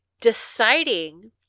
deciding